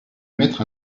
émettre